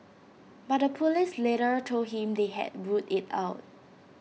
but the Police later told him they had ruled IT out